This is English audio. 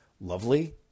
lovely